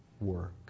work